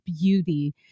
beauty